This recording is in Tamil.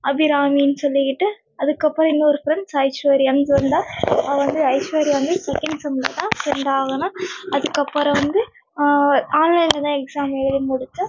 அபிராமினு சொல்லிக்கிட்டு அதுக்கப்புறம் இன்னொருத்தர் ஐஸ்வர்யானு இருந்தாள் அவள் வந்து ஐஸ்வர்யா வந்து செகண்ட் செம்மில் தான் ஃப்ரெண்ட் ஆனா அதுக்கப்புறம் வந்து ஆன்லைனில் தான் எக்ஸாம் எழுதி முடித்தோம்